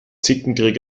zickenkrieg